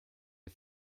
der